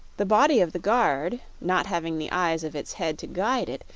the body of the guard, not having the eyes of its head to guide it,